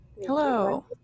Hello